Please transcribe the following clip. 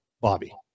Bobby